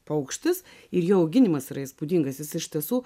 paukštis ir jo auginimas yra įspūdingas jis iš tiesų